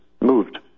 moved